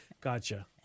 Gotcha